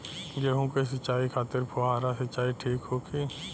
गेहूँ के सिंचाई खातिर फुहारा सिंचाई ठीक होखि?